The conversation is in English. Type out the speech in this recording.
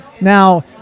Now